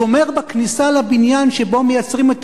השומר בכניסה לבניין שבו מייצרים את